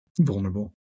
vulnerable